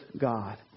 God